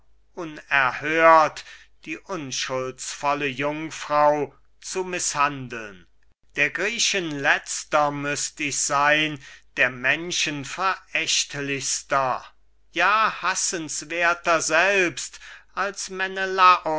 unerhört die unschuldsvolle jungfrau zu mißhandeln der griechen letzter müßt ich sein der menschen verächtlichster ja hassenswerther selbst als